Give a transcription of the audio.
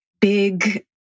big